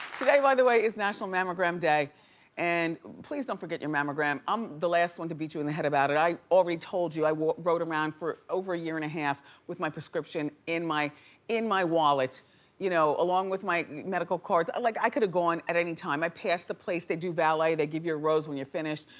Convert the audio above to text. today by the way is national mammogram day and please don't forget your mammogram. i'm the last one to beat you in the head about it. i already told you i rode around for over a year and a half with my prescription in my in my wallet you know along with my medical cards. i like i could've gone at any time. i've passed the place. they do valet, they give you a rose when you finish.